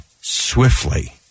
swiftly